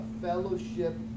fellowship